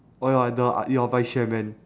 oh you are the you are vice chairman